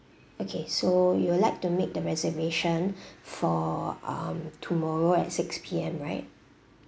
okay so you would like to make the reservation for um tomorrow at six P_M right